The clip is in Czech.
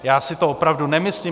Já si to opravdu nemyslím.